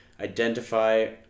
identify